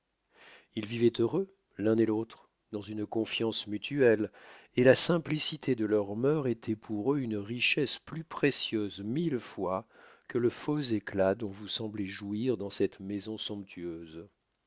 ils vivoient heureux l'un et l'autre dans une confiance mutuelle et la simplicité de leurs mœurs étoit pour eux une richesse plus précieuse mille fois que le faux éclat dont vous semblez jouir dans cette maison somptueuse